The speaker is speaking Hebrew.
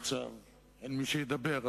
ועכשיו אין מי שידבר.